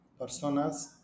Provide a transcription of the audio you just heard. personas